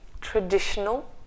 traditional